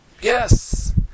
Yes